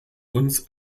uns